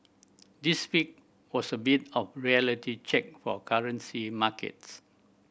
this week was a bit of reality check for currency markets